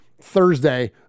Thursday